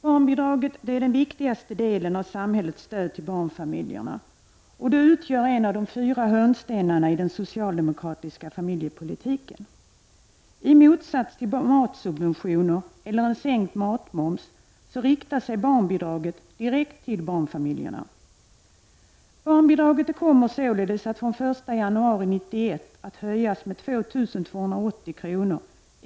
Barnbidraget är den viktigaste delen av samhällets stöd till barnfamiljerna, och det utgör en av de fyra hörnstenarna i den socialdemokratiska familjepolitiken. I motsats till matsubventioner eller en sänkning av matmomsen riktar sig barnbidraget direkt till barnfamiljerna. Barnbidraget kommer således att från den 1 januari 1991 höjas med 2 280 kr.